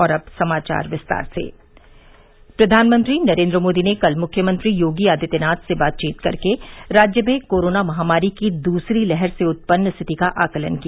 और अब समाचार विस्तार से प्रधानमंत्री नरेन्द्र मोदी ने कल मुख्यमंत्री योगी आदित्यनाथ से बातचीत करके राज्य में कोरोना महामारी की दूसरी लहर से उत्पन्न स्थिति का आकलन किया